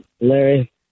Larry